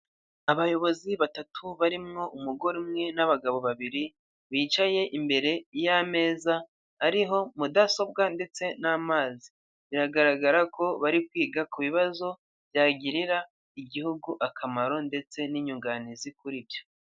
Abayobozi batatu barimo umugore umwe n'abagabo babiri bicaye imbere y'ameza ariho mudasobwa ndetse n'amazi, biragaragara ko bari kwiga ku bibazo byagirira igihugu akamaro ndetse n'inyunganizi kuri byo.